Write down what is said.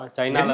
China